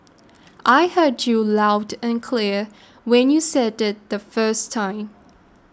I heard you loud and clear when you said it the first time